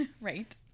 Right